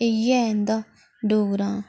इ'यै इं'दा डोगरा